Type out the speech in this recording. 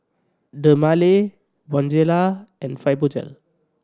Dermale Bonjela and Fibogel